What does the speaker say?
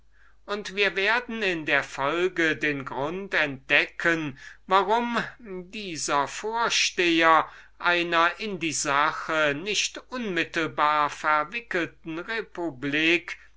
und wir werden vielleicht in der folge den grund entdecken warum dieses haupt einer in diese sache nicht unmittelbar verwickelten republik